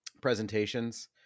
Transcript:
presentations